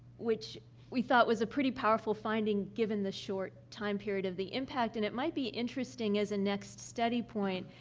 which we thought was a pretty powerful finding given the short time period of the impact. and it might be interesting, as a next study point,